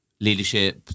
leadership